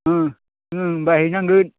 बायहैनांगोन